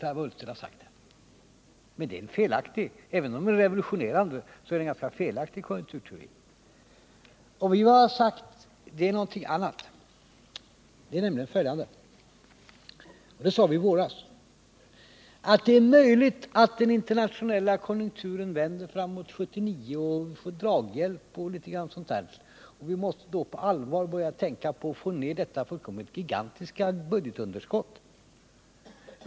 Även om detta är revolutionerande är det en felaktig konjunkturteori. För vår del sade vi redan i våras följande. Det är möjligt att den internationella konjunkturen vänder framemot 1979, om vi får draghjälp. Vi måste då på allvar börja tänka på att få ned detta fullkomligt gigantiska budgetunderskott.